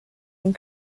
and